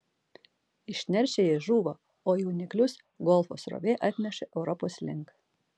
išneršę jie žūva o jauniklius golfo srovė atneša europos link